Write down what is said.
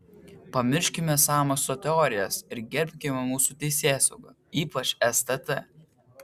pamirškime sąmokslo teorijas ir gerbkime mūsų teisėsaugą ypač stt